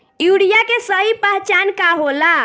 Urea के सही पहचान का होला?